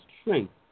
strength